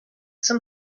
some